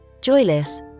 Joyless